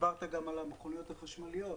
דיברתם גם על המכוניות החשמליות,